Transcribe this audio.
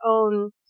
own